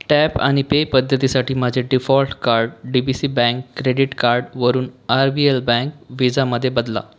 tap आणि pay पद्धतीसाठी माझे default card D B C bank credit कार्डवरून आर बी एल बँक व्हिसामध्ये बदला